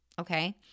Okay